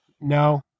No